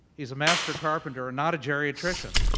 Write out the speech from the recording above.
he's a master carpenter, not a geriatrician.